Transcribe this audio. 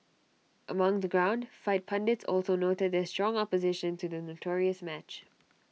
among the ground fight pundits also noted their strong opposition to the notorious match